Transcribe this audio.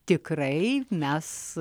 tikrai mes